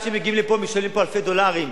עד שהם מגיעים לפה הם משלמים אלפי דולרים.